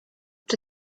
czy